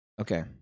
Okay